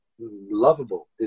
lovable